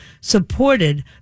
supported